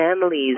families